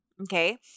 Okay